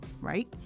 right